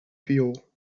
viool